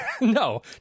no